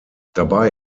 dabei